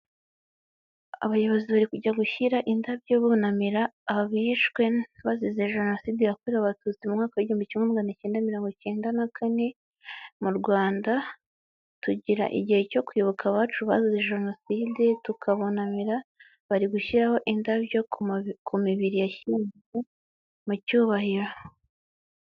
Abayobozi bari kujya gushyira indabyo bunamira abihishwe bazize jenoside yakorewe Abatutsi mu mwaka w'igihumbi kimwe magana cyenda mirongo icyenda na kane. Mu Rwanda tugira igihe cyo kwibuka abacu bazize jenoside tukabunamira. Bari gushyiraho indabyo ku mibiri yashyinguwe mu cyubahiro.